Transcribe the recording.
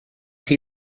chi